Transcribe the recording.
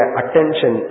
attention